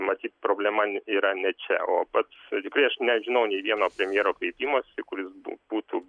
matyt problema n yra ne čia o pats tikrai aš nežinau nė vieno premjero kreipimosi kuris bu būtų